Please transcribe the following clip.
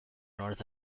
north